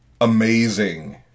Amazing